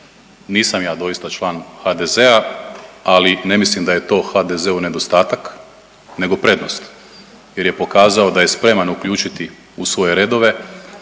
Nisam ja doista član HDZ-a ali ne mislim da je to HDZ-u nedostatak nego prednost jer je pokazao da je spreman uključiti u svoje redove